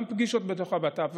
וגם פגישות בתוך הבט"פ,